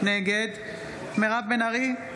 נגד מירב בן ארי,